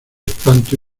espanto